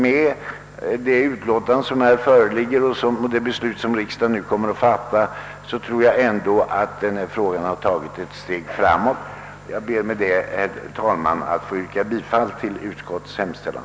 Med det beslut riksdagen nu kommer att fatta tror jag att även syftet med motionen förs ett steg framåt. Jag ber med dessa ord att få yrka bifall till utskottets hemställan.